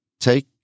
Take